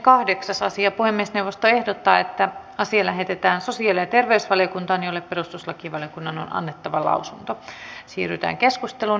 puhemiesneuvosto ehdottaa että asia lähetetään sosiaali ja terveysvaliokuntaan jolle perustuslakivaliokunnan on annettava lausunto